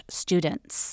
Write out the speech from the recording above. students